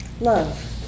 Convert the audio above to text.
love